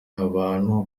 abantu